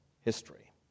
history